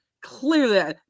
Clearly